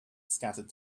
scattered